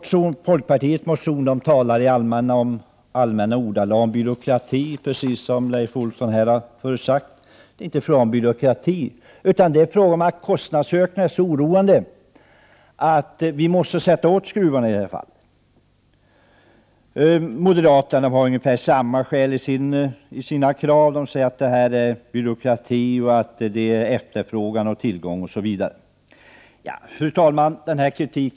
I folkpartiets motion hänvisas i allmänna ordalag till byråkratin, på det sätt som också Leif Olsson här har redovisat. Men det är inte fråga om byråkrati, utan om att kostnadsökningarna är så oroande att vi i detta fall måste dra åt skruvarna. Moderaterna anför ungefär samma skäl. De hänvisar till byråkra = Prot. 1988/89:125 tin, till tillgång och efterfrågan osv. 31 maj 1989 Fru talman!